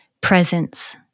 presence